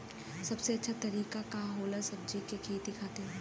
सबसे अच्छा तरीका का होला सब्जी के खेती खातिर?